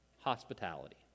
hospitality